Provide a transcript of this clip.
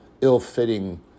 ill-fitting